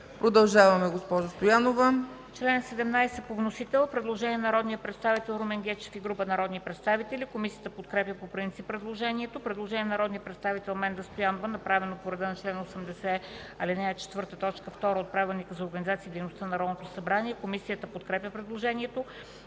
Продължаваме, госпожо Стоянова.